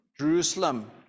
Jerusalem